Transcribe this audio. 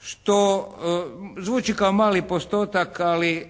Što zvuči kao mali postotak ali